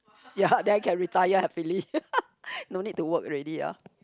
ya then I can retire happily no need to work already ah